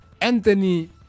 Anthony